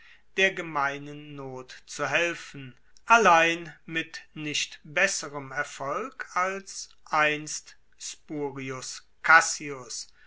der gemeinen not zu helfen allein mit nicht besserem erfolg als einst spurius cassius